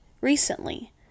recently